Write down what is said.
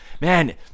Man